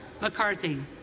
McCarthy